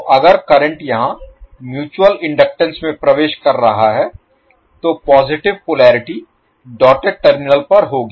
तो अगर करंट यहां म्यूचुअल इनडक्टेंस में प्रवेश कर रहा है तो पॉजिटिव पोलेरिटी डॉटेड टर्मिनल पर होगी